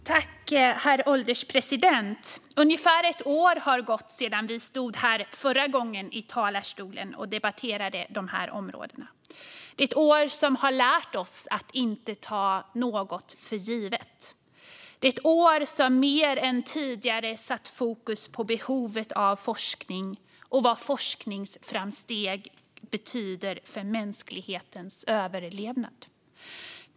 Herr ålderspresident! Ungefär ett år har gått sedan vi förra gången stod här i talarstolen och debatterade dessa områden. Det är ett år som har lärt oss att inte ta något för givet. Det är ett år som mer än tidigare satt fokus på behovet av forskning och vad forskningsframsteg betyder för mänsklighetens överlevnad.